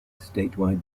statewide